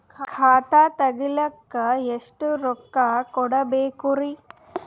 ಖಾತಾ ತೆರಿಲಿಕ ಎಷ್ಟು ರೊಕ್ಕಕೊಡ್ಬೇಕುರೀ?